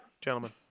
Gentlemen